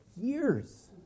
years